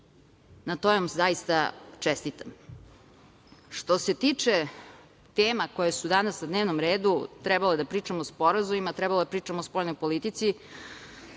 Na tome vam zaista čestitam. Što se tiče tema koje su danas na dnevnom redu, trebalo je da pričamo o sporazumima, trebalo je da pričamo o spoljnoj politici.